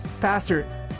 Pastor